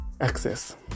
access